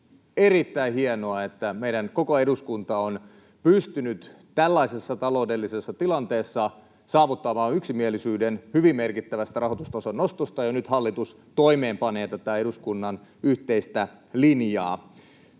erittäin hienoa, että meidän koko eduskunta on pystynyt tällaisessa taloudellisessa tilanteessa saavuttamaan yksimielisyyden hyvin merkittävästä rahoitustason nostosta, ja nyt hallitus toimeenpanee tätä eduskunnan yhteistä linjaa.